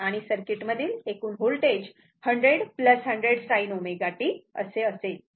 आणि या सर्किट मधील एकूण होल्टेज हे 100 100 sin ω t असे असेल